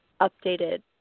updated